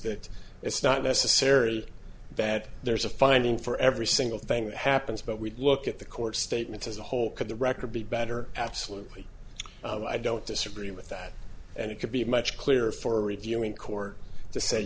that it's not necessarily bad there's a finding for every single thing that happens but we look at the court statements as a whole could the record be better absolutely i don't disagree with that and it could be much clearer for reviewing court to say